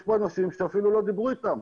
יש פה אנשים שאפילו לא דיברו איתם.